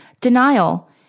Denial